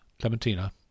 Clementina